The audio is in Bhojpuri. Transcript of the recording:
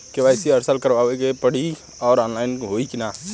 के.वाइ.सी हर साल करवावे के पड़ी और ऑनलाइन होई की ना?